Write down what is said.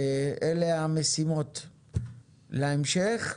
אלה המשימות להמשך.